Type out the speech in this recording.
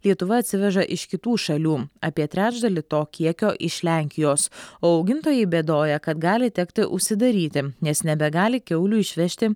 lietuva atsiveža iš kitų šalių apie trečdalį to kiekio iš lenkijos o augintojai bėdoja kad gali tekti užsidaryti nes nebegali kiaulių išvežti